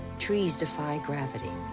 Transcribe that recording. trees defy gravity.